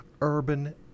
urban